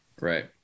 Right